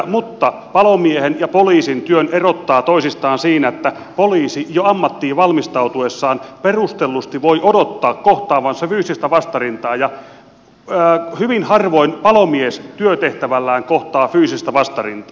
mutta palomiehen ja poliisin työn erottaa toisistaan se että poliisi jo ammattiin valmistautuessaan perustellusti voi odottaa kohtaavansa fyysistä vastarintaa kun taas hyvin harvoin palomies työtehtävässään kohtaa fyysistä vastarintaa